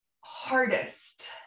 hardest